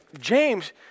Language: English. James